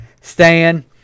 Stan